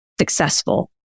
successful